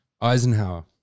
eisenhower